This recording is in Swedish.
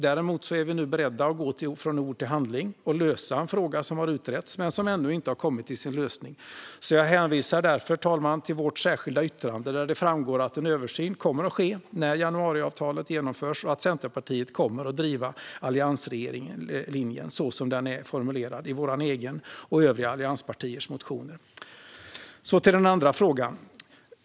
Däremot är vi nu beredda att gå från ord till handling och lösa en fråga som har utretts men ännu inte har kommit till sin lösning. Jag hänvisar därför till vårt särskilda yttrande, fru talman, där det framgår att en översyn kommer att ske när januariavtalet genomförs och att Centerpartiet kommer att driva allianslinjen så som den är formulerad i vår egen och i övriga allianspartiers motioner. Jag går över till den andra frågan.